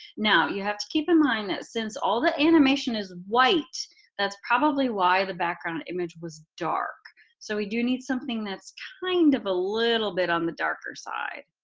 now you have to keep in mind that since all the animation is white that's probably why the background image was dark so we do need something that's kind of a little bit on the darker side.